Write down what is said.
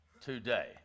Today